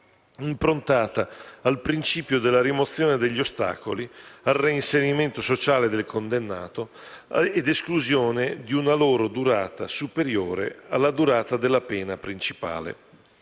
improntata al principio della rimozione degli ostacoli, al reinserimento sociale del condannato e all'esclusione di una loro durata superiore alla durata della pena principale;